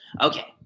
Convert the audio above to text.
Okay